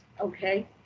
okay